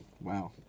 wow